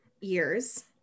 years